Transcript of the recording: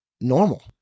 normal